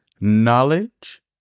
knowledge